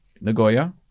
Nagoya